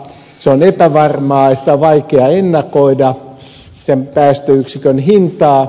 se on epävarmaa ja on vaikea ennakoida sen päästöyksikön hintaa